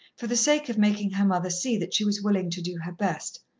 for the sake of making her mother see that she was willing to do her best.